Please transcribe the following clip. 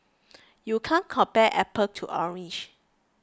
you can't compare apple to orange